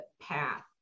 path